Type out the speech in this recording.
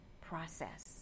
process